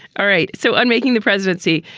all right. so unmaking the presidency.